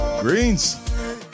greens